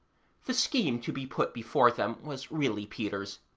the scheme to be put before them was really peter's,